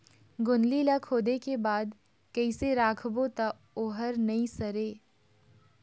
गोंदली ला खोदे के बाद कइसे राखबो त ओहर नई सरे?